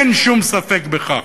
אין שום ספק בכך.